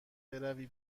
بروی